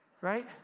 right